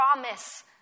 promise